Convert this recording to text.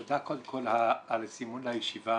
תודה קודם על הזימון לישיבה.